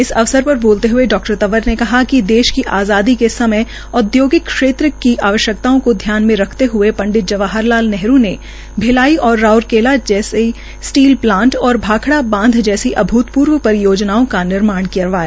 इस अवसर पर बोलते हए डॉ तंवर ने कहा कि देश की आजादी के समय औदयोगिक क्षेत्र की आवश्यकताओं को ध्यान में रखते हए पंडित जवाहर लाल नेहरू ने भिलाई और राऊरकिला जम्रे स्टील प्लांट और भाखड़ा बांध जफ्री अभूतपूर्व परियोजनाओं का निर्माण करवाया